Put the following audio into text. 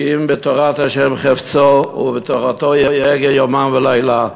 "כי אם בתורת ה' חפצו ובתורתו יהגה יומם ולילה",